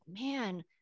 man